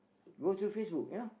go to Facebook you know